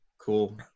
Cool